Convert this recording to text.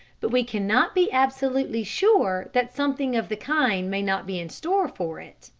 but we cannot be absolutely sure that something of the kind may not be in store for it.